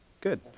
Good